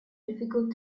difficult